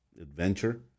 adventure